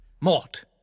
Mort